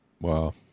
Wow